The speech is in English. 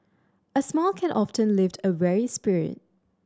a smile can often lift a weary spirit